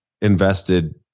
invested